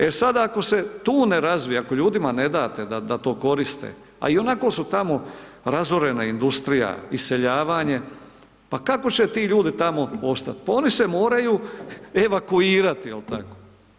E sad ako se tu ne razvije, ako ljudima ne date da to koriste, a ionako su tamo razorena industrija, iseljavanje, pa kako će ti ljudi tamo ostat, pa oni se moraju evakuirati jel tako.